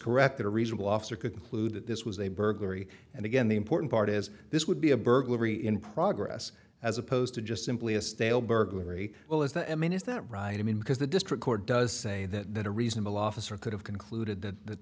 correct that a reasonable officer could include that this was a burglary and again the important part is this would be a burglary in progress as opposed to just simply a stale burglary well as the admin is that right i mean because the district court does say that a reasonable officer could have concluded that that